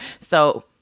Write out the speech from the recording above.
So-